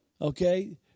okay